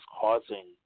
causing